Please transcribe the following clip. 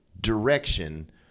direction